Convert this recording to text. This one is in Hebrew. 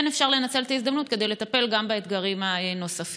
כן אפשר לנצל את ההזדמנות כדי לטפל גם באתגרים הנוספים.